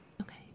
Okay